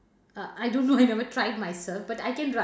uh I don't know I never try it myself but I can run